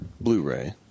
Blu-ray